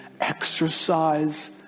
exercise